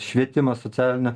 švietimą socialinę